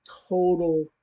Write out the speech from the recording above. Total